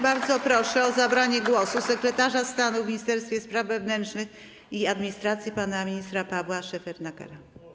Bardzo proszę o zabranie głosu sekretarza stanu w Ministerstwie Spraw Wewnętrznych i Administracji pana ministra Pawła Szefernakera.